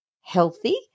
healthy